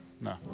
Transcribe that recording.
No